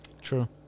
True